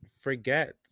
forget